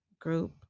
group